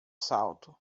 salto